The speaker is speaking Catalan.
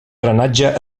drenatge